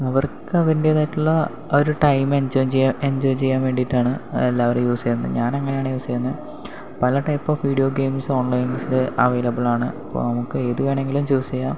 അവർക്ക് അവരുടേതായിട്ടുള്ള ഒരു ടൈം എൻജോയ് ചെയ്യാൻ എൻജോയ് ചെയ്യാൻ വേണ്ടിയിട്ടാണ് എല്ലാവരും യൂസ് ചെയ്യുന്നത് ഞാൻ അങ്ങനെയാണ് യൂസ് ചെയ്യുന്നെ പല ടൈപ്പ് ഓഫ് വീഡിയോ ഗെയിംസ് ഓൺലൈൻസില് അവൈലബിൾ ആണ് അപ്പോൾ നമുക്ക് ഏത് വേണമെങ്കിലും ചൂസ് ചെയ്യാം